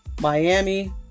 Miami